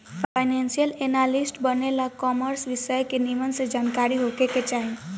financial analyst बने ला commerce विषय के निमन से जानकारी होखे के चाही